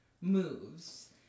moves